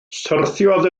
syrthiodd